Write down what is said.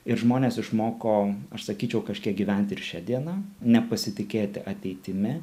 ir žmonės išmoko aš sakyčiau kažkiek gyvent ir šia diena nepasitikėti ateitimi